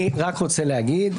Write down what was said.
אני רק רוצה להגיד,